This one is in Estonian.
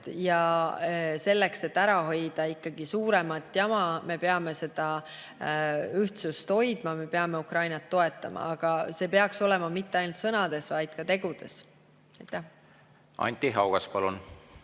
ja selleks, et ära hoida suuremat jama, me peame seda ühtsust hoidma, me peame Ukrainat toetama. Aga see ei peaks olema mitte ainult sõnades, vaid ka tegudes. Aitäh! See on